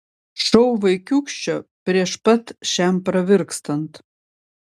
šou vaikiūkščio prieš pat šiam pravirkstant